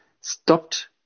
stopped